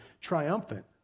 triumphant